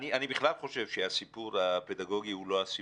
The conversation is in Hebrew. אני בכלל חושב שהסיפור הפדגוגי הוא לא הסיפור.